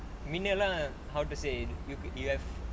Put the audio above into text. மின்னலா:minnalaa how to say you could you have